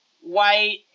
white